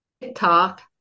TikTok